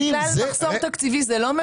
ובגלל מחסור תקציבי זה לא מבוצע?